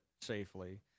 safely